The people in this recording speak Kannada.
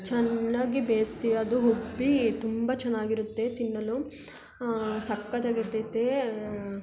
ಚೆನ್ನಾಗಿ ಬೇಯಿಸ್ತೀವಿ ಅದು ಉಬ್ಬಿ ತುಂಬ ಚೆನ್ನಾಗಿರುತ್ತೆ ತಿನ್ನಲು ಸಖತ್ತಾಗಿ ಇರ್ತೈತೆ